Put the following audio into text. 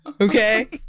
okay